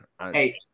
Hey